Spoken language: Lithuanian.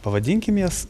pavadinkim jas